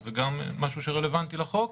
שזה גם משהו שרלוונטי לחוק,